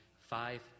five